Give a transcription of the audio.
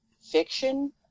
fiction